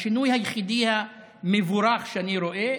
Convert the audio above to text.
השינוי היחידי המבורך שאני רואה,